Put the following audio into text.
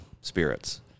spirits